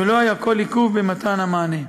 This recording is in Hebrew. ולא היה כל עיכוב במתן המענה.